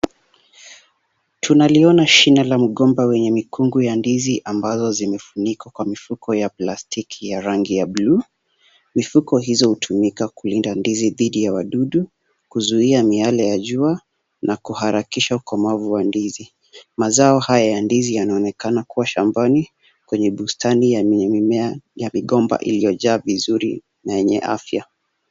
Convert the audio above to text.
Tunaliona shina la mgomba wenye mikungu ya ndizi ambazo zimefunikwa kwa mifuko ya plastiki ya rangi ya bluu. Mifuko hizo hutumika kulinda ndizi dhidi ya wadudu, kuzuia miale ya jua na kuharakisha ukomavu wa ndizi. Mazao haya ya ndizi yanaonekana kuwa shambani kwenye bustani ya mimea ya migomba iliyojaa vizuri na yenye afya.